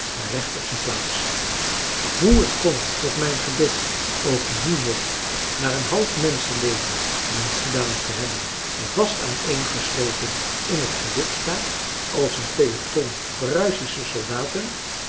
recht op zijn plaats hoe het komt dat mijn gebit ook nu nog na een half menschenleven dienst gedaan te hebben vast aaneengesloten in het gelid staat als een peloton pruisische soldaten